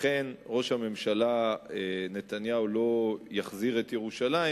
אכן ראש הממשלה נתניהו לא יחזיר את ירושלים,